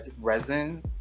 resin